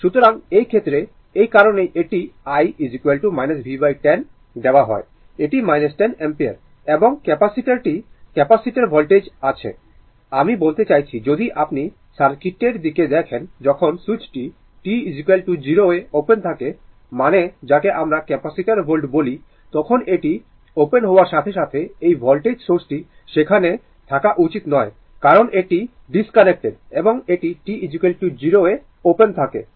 সুতরাং এই ক্ষেত্রে এই কারণেই এটি i v10 দেওয়া হয় এটি 10 অ্যাম্পিয়ার এবং ক্যাপাসিটারটি ক্যাপাসিটার ভোল্টেজে আছে আমি বলতে চাইছি যদি আপনি সার্কিটের দিকে দেখেন যখন সুইচটি t 0 এ ওপেন থাকে মানে যাকে আমরা ক্যাপাসিটার ভোল্ট বলি তখন এটি ওপেন হোয়ার সাথে সাথে এই ভোল্টেজ সোর্সটির সেখানে থাকা উচিত নয় কারণ এটি ডিসকনেক্টেড এবং এটি t 0 এ ওপেন থাকে